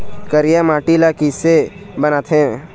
करिया माटी ला किसे बनाथे?